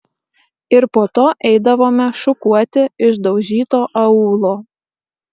ir po to eidavome šukuoti išdaužyto aūlo